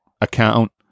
account